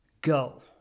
go